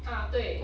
ah 对